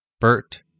Bert